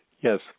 yes